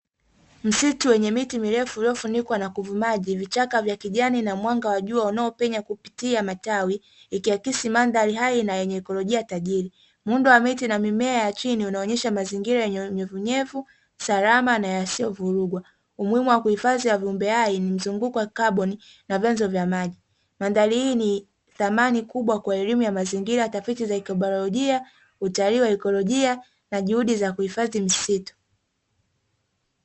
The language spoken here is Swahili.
Msitu wenye miti mirefu iliyofunikwa na kuvumaji vichaka vya kijani na mwanga wa jua unaopenya kupitia matawi ikiakisi mandhari hai na yenye ekolojia tajiri. Muundo wa miti na mimea ya chini unaonyesha mazingira yenye unyevunyevu salama na yasiyo vurugwa, umuhimu wa kuhifadhi wa viumbe hai ni mzunguko wa kaboni na vyanzo vya maji, mandhari hii ni thamani kubwa kwa elimu ya mazingira tafiti za ekobaiolojia utalii ekolojia na juhudi za kuhifadhi msitu.